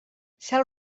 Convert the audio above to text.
cel